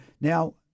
Now